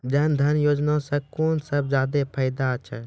जनधन योजना सॅ कून सब फायदा छै?